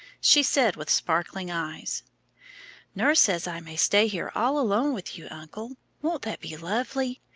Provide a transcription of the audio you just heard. she said with sparkling eyes nurse says i may stay here all alone with you, uncle won't that be lovely?